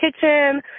kitchen